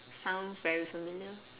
sounds very familiar